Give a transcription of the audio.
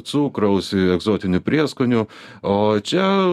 cukraus egzotinių prieskonių o čia